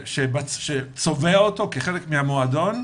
שצובע אותו כחלק מהמועדון,